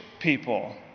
people